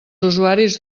usuaris